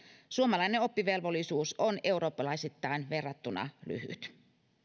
suomalainen oppivelvollisuus on eurooppalaisittain verrattuna lyhyt